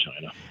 China